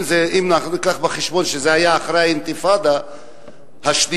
אם ניקח בחשבון שזה היה אחרי האינתיפאדה השנייה,